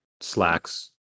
slacks